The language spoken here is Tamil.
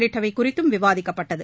உள்ளிட்டவைகுறித்தும் விவாதிக்கப்பட்டது